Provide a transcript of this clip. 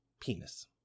Penis